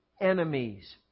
enemies